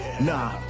Nah